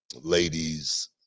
ladies